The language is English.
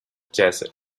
desert